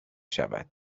شود